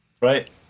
Right